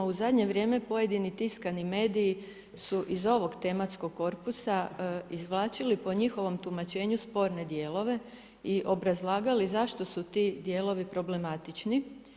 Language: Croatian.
U zadnje vrijeme pojedini tiskani mediji su iz ovog tematskog korpusa izvlačili po njihovom tumačenju sporne dijelove i obrazlagali zašto su ti dijelovi problematični.